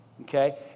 Okay